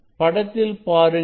படத்தில் பாருங்கள்